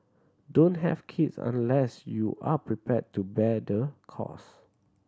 don't have kids unless you are prepared to bear the cost